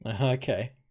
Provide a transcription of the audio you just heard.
Okay